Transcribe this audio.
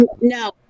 no